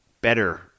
better